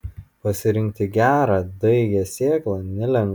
pasirinkti gerą daigią sėklą nelengva